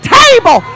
table